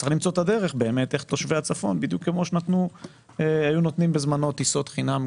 צריך למצוא את הדרך לתושבי הצפון כמו שנתנו בזמנו טיסות חינם,